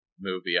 movie